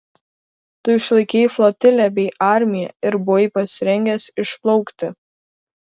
tu išlaikei flotilę bei armiją ir buvai pasirengęs išplaukti